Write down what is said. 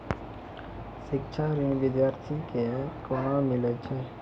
शिक्षा ऋण बिद्यार्थी के कोना मिलै छै?